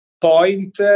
point